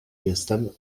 jestem